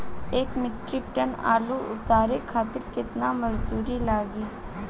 एक metric ton आलू उतारे खातिर केतना मजदूरी लागेला?